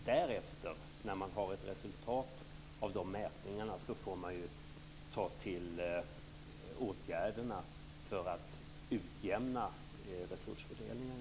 När man därefter har ett resultat av dessa mätningar får man vidta åtgärder för att utjämna resursfördelningen.